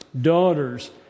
daughters